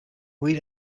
wait